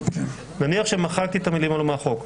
נניח שמחקתי את המילים הללו מהחוק.